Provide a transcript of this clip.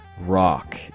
rock